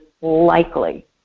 likely